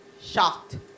shocked